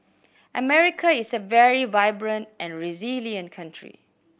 America is a very vibrant and resilient country